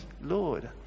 Lord